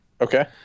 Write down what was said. Okay